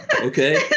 Okay